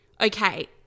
Okay